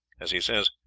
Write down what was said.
as he says,